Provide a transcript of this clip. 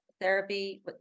Therapy